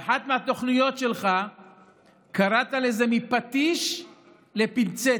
באחת מהתוכניות שלך קראת לזה "מפטיש לפינצטה".